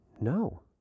No